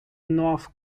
north